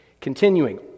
Continuing